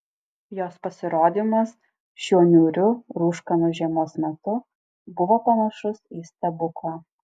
jos pasirodymas šiuo niūriu rūškanu žiemos metu buvo panašus į stebuklą